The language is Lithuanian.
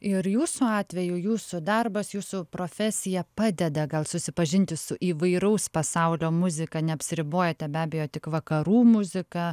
ir jūsų atveju jūsų darbas jūsų profesija padeda gal susipažinti su įvairaus pasaulio muzika neapsiribojate be abejo tik vakarų muzika